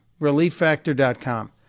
ReliefFactor.com